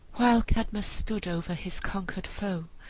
while cadmus stood over his conquered foe,